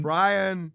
Brian